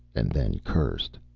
and then cursed.